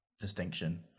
distinction